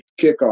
kickoff